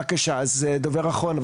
בבקשה, אז דובר אחרון.